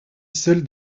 celle